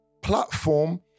platform